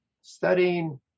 studying